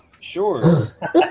Sure